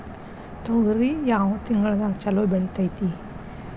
ತೊಗರಿ ಯಾವ ತಿಂಗಳದಾಗ ಛಲೋ ಬೆಳಿತೈತಿ?